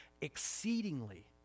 exceedingly